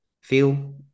feel